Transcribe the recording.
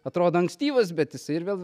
atrodo ankstyvas bet jisai ir vėl